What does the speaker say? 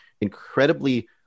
incredibly